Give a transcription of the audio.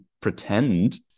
pretend